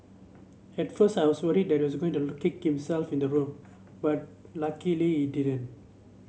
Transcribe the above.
at first I was worried that he was going to lock himself in the room but luckily he didn't